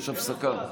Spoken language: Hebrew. יש הפסקה.